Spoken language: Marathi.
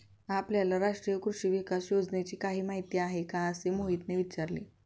आपल्याला राष्ट्रीय कृषी विकास योजनेची काही माहिती आहे का असे मोहितने विचारले?